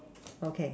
okay